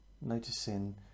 noticing